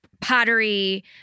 pottery